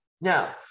Now